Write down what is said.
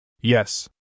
Yes